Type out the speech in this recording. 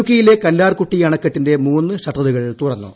ഇടുക്കിയിലെ കല്ലാർകുട്ടി അണക്കെട്ടിന്റെ മൂന്നു ഷട്ടറുകൾ തുറന്നു